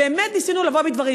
באמת ניסינו לבוא בדברים.